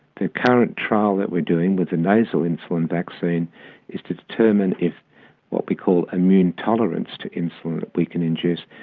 the current trial that we are doing with a nasal insulin vaccine is to determine if what we call immune tolerance to insulin that we can induce,